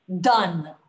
done